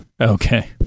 Okay